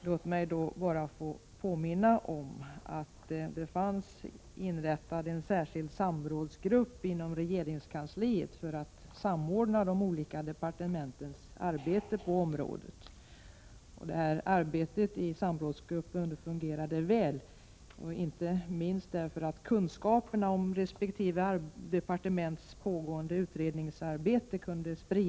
Låt mig då bara få påminna om att det inom regeringskansliet fanns en särskild samrådsgrupp för samordning av departementens arbete på området. Samrådsgruppen fungerade väl, inte minst därför att man genom dess försorg kunde sprida kunskaperna om det inom resp. departement pågående utredningsarbetet.